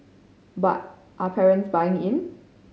but are parents buying in